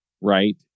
right